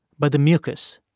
but the mucus.